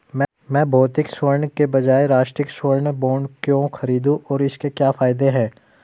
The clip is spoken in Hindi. मैं भौतिक स्वर्ण के बजाय राष्ट्रिक स्वर्ण बॉन्ड क्यों खरीदूं और इसके क्या फायदे हैं?